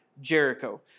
Jericho